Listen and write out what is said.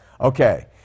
Okay